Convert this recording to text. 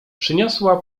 przyniosła